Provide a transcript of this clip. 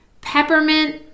peppermint